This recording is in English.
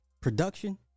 production